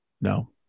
No